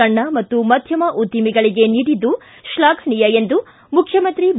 ಸಣ್ಣ ಮತ್ತು ಮಧ್ಣಮ ಉದ್ದಮಿಗಳಗೆ ನೀಡಿದ್ದು ಶ್ಣಾಘನೀಯ ಎಂದು ಮುಖ್ಣಮಂತ್ರಿ ಬಿ